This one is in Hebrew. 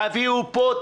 תביאו פה,